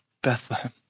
Bethlehem